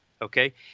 okay